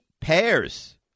pairs